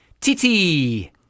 Titi